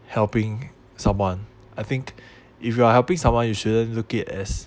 helping someone I think if you are helping someone you shouldn't look it as